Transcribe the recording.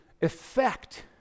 effect